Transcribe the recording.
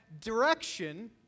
direction